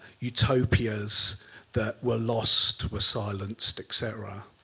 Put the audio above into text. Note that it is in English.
utopias that were lost, were silenced, et cetera.